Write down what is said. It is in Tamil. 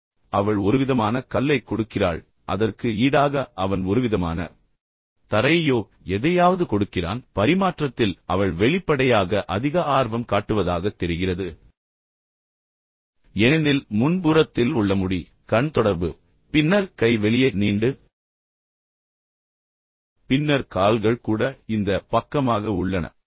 ஒருவேளை அவள் ஒருவிதமான கல்லைக் கொடுக்கிறாள் அதற்கு ஈடாக அவன் ஒருவிதமான தரையையோ அல்லது எதையாவது கொடுக்கிறான் ஆனால் பரிமாற்றத்தில் அவள் வெளிப்படையாக அதிக ஆர்வம் காட்டுவதாகத் தெரிகிறது ஏனெனில் முன்புறத்தில் உள்ள முடி கண் தொடர்பு பின்னர் கை வெளியே நீண்டு பின்னர் கால்கள் கூட இந்த பக்கமாக உள்ளன